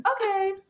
Okay